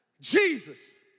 Jesus